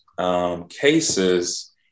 Cases